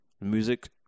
music